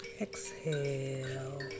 exhale